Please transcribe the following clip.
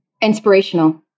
Inspirational